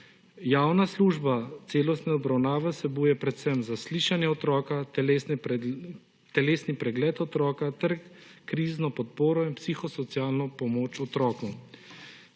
Javna služba, celostna obravnava vsebuje predvsem zaslišanje otroka, telesni pregled otroka ter krizno podporo in psihosocialno pomoč otroku.